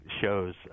shows